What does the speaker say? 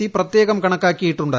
E പ്രത്യേ കണക്കാക്കിയിട്ടുണ്ട്